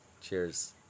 Cheers